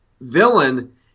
villain